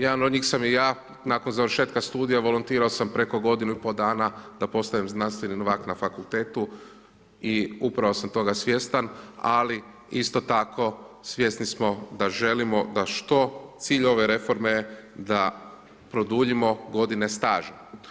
Jedan od njih sam i ja, nakon završetak studija volontirao sam preko godinu i pol dana da postanem znanstven novak na fakultetu i upravo sam toga svjestan ali isto tako svjesni smo da želimo da što cilj ove reforme d produljimo godine staža.